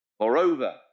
Moreover